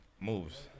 Moves